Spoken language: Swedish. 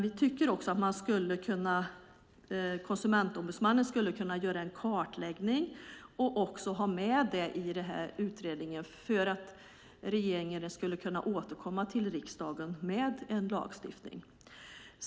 Vi tycker också att Konsumentombudsmannen skulle kunna göra en kartläggning som skulle kunna tas med i denna utredning, och regeringen skulle kunna återkomma till riksdagen med en lagstiftning.